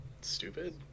stupid